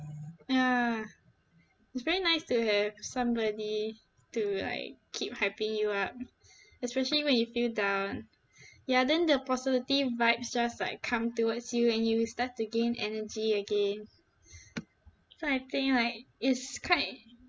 ya it's very nice to have somebody to like keep hyping you up especially when you feel down ya then the positive vibes just like come towards you and you start to gain energy again so I think like it's quite